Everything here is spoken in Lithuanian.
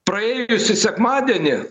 praėjusį sekmadienį